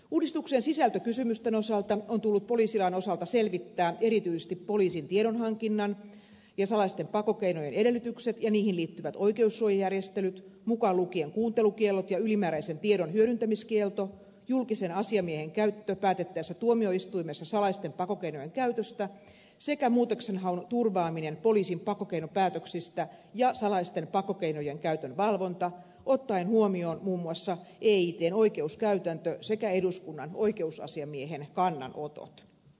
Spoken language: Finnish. uudistuksen sisältökysymysten osalta on tullut poliisilain osalta selvittää erityisesti poliisin tiedonhankinnan ja salaisten pakkokeinojen edellytykset ja niihin liittyvät oikeussuojajärjestelyt mukaan lukien kuuntelukiellot ja ylimääräisen tiedon hyödyntämiskielto julkisen asiamiehen käyttö päätettäessä tuomioistuimessa salaisten pakkokeinojen käytöstä sekä muutoksenhaun turvaaminen poliisin pakkokeinopäätöksistä ja salaisten pakkokeinojen käytön valvonta ottaen huomioon muun muassa eitn oikeuskäytäntö sekä eduskunnan oikeusasiamiehen kannanotot